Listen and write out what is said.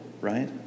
right